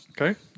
Okay